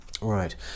Right